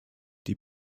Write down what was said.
die